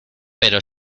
pero